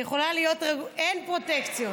את יכולה להיות רגועה, אין פרוטקציות.